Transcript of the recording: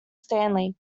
stanley